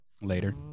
later